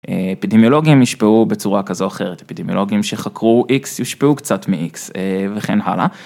אפידמיולוגים יושפעו בצורה כזו או אחרת, אפידמיולוגים שחקרו x יושפעו קצת מ-x וכן הלאה.